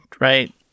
right